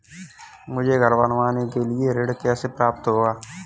मुझे घर बनवाने के लिए ऋण कैसे प्राप्त होगा?